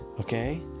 Okay